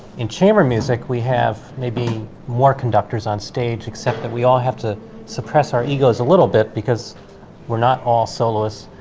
in chamber music we have maybe more conductors on stage except that we all have to suppress our egos a little bit because we're not all soloists,